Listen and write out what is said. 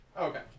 Okay